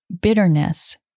bitterness